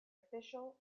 official